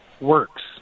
works